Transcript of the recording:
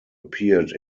appeared